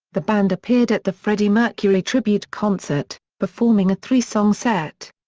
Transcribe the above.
the band appeared at the freddie mercury tribute concert, performing a three-song set.